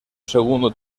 segundo